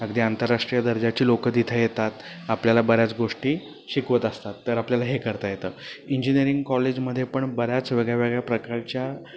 अगदी आंतरराष्ट्रीय दर्जाची लोक तिथे येतात आपल्याला बऱ्याच गोष्टी शिकवत असतात तर आपल्याला हे करता येतं इंजिनियरिंग कॉलेजमध्ये पण बऱ्याच वेगळ्या वेगळ्या प्रकारच्या